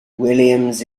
williams